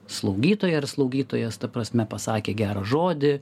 slaugytoja ar slaugytojas ta prasme pasakė gerą žodį